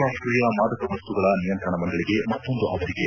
ಅಂತರಾಷ್ಟೀಯ ಮಾದಕ ವಸ್ತುಗಳ ನಿಯಂತ್ರಣ ಮಂಡಳಿಗೆ ಮತ್ತೊಂದು ಅವಧಿಗೆ